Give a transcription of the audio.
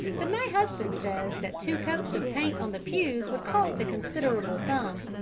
but my husband says that two coats of paint on the pews would cost a considerable sum.